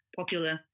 popular